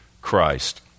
Christ